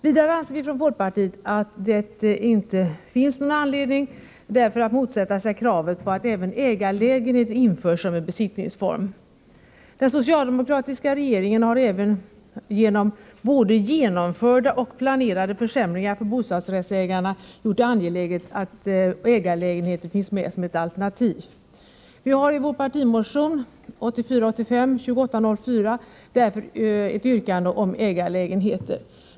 Vidare anser vi från folkpartiet att det inte finns någon anledning att motsätta sig kravet på att även ägarlägenheter införs som en besittningsform. Den socialdemokratiska regeringen har genom både genomförda och planerade försämringar för bostadsrättsägarna gjort det angeläget att också ägarlägenheter finns som ett alternativ. Vi har i vår partimotion 1984/85:2804 ett yrkande om ägarlägenheter.